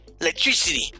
electricity